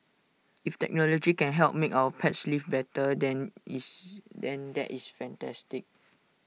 if technology can help make our pets lives better than is than that is fantastic